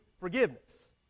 forgiveness